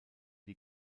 die